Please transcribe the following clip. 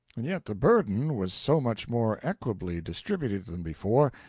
and yet the burden was so much more equably distributed than before,